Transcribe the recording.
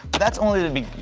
that's only the